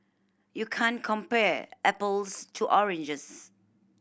you can't compare apples to oranges